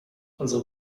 unsere